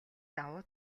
давуу